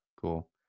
Cool